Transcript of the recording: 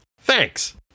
Thanks